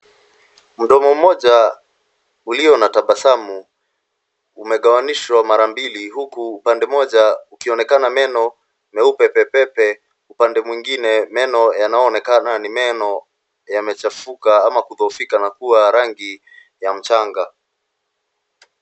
Mdomo mmoja uliyona tabasamu umegawanyishwa mara mbili huku upande mmoja ukionekana meno meupe pe pe pe, upande mwengine meno yanayoonekana ni meno yamechafuka ama kudhoofika na kuwa rangi ya mchanga.